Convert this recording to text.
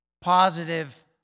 positive